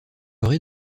rez